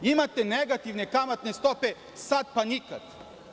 Imate negativne kamatne stope, sad pa nikad.